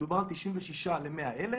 מדובר על 96 ל-100,000.